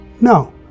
No